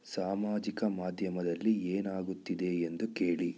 ಸಾಮಾಜಿಕ ಮಾಧ್ಯಮದಲ್ಲಿ ಏನಾಗುತ್ತಿದೆ ಎಂದು ಕೇಳಿ